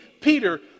Peter